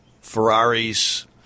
Ferraris